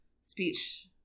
speech